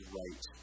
right